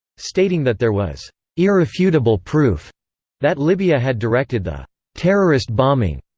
stating that there was irrefutable proof that libya had directed the terrorist bombing,